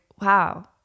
wow